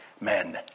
men